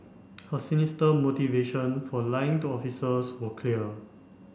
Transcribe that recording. her sinister motivation for lying to officers was clear